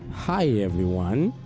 hi everyone,